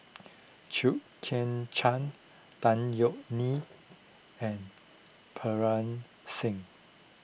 Chew Kheng Chuan Tan Yeok Nee and Singh